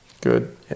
Good